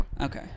Okay